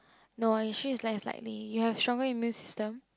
no is she like likely you have stronger immune system